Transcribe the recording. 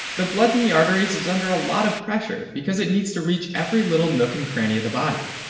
the blood in the arteries is under a lot of pressure because it needs to reach every little nook and cranny of the body.